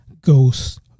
ghost